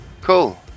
Cool